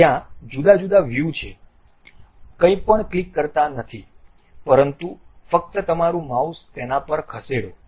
ત્યાં જુદા જુદા વ્યૂ છે કંઈપણ ક્લિક કરતા નથી પરંતુ ફક્ત તમારું માઉસ તેના પર ખસેડો